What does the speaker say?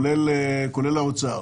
כולל האוצר.